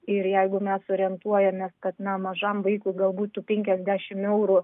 ir jeigu mes orientuojamės kad na mažam vaikui galbūt tų penkiasdešim eurų